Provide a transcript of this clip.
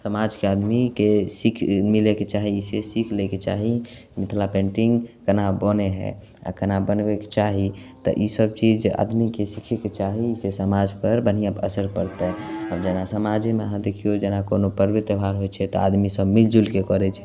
समाजके आदमीके सीख मिलयके चाही ई सँ सीख लएके चाही मिथिला पेन्टिंग केना बनय हइ आओर केना बनबयके चाही तऽ ई सभ चीज आदमीके सिखयके चाही ई से समाजपर बढ़िआँ असर पड़तै आब जेना समाजेमे अहाँ देखियौ जेना कोनो पर्व त्यौहार होइ छै तऽ आदमी सभ मिल जुलिके करय छै